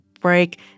break